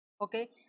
okay